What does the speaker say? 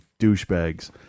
douchebags